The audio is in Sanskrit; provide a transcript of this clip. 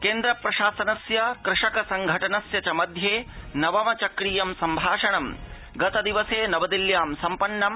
केन्द्रप्रशासनस्य चक्रीयं कृषकसंघटनस्य च मध्ये नवम सम्भाषणं गतदिवसे नवदिल्ल्यां सम्पन्नम्